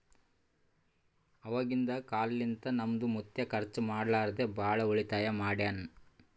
ಅವಾಗಿಂದ ಕಾಲ್ನಿಂತ ನಮ್ದು ಮುತ್ಯಾ ಖರ್ಚ ಮಾಡ್ಲಾರದೆ ಭಾಳ ಉಳಿತಾಯ ಮಾಡ್ಯಾನ್